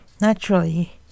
Naturally